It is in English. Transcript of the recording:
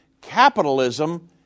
capitalism